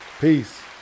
Peace